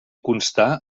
constar